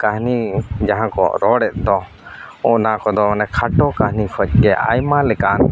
ᱠᱟᱹᱱᱦᱤ ᱡᱟᱦᱟᱸ ᱠᱚ ᱨᱚᱲᱮᱫ ᱫᱚ ᱚᱱᱟ ᱠᱚᱫᱚ ᱚᱱᱮ ᱠᱷᱟᱴᱚ ᱠᱟᱹᱱᱦᱤ ᱠᱷᱚᱡᱜᱮ ᱟᱭᱢᱟ ᱞᱮᱠᱟᱱ